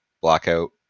Blackout